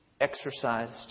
exercised